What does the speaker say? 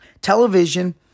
television